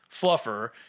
fluffer